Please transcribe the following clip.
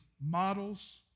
models